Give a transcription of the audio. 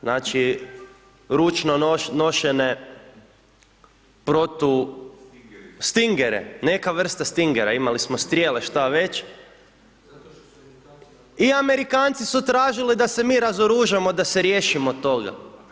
Znači, ručno nošene protu, stingere, neka vrsta stingera, imali smo strijele, šta već, i Amerikanci su tražili da se mi razoružamo, da se riješimo toga.